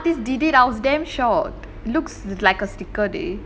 the the nail artist did it I was damn shocked looks like a sticker dey